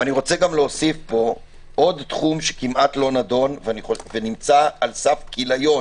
אני רוצה להוסיף עוד תחום שכמעט לא נדון ונמצא על סף כיליון